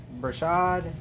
Brashad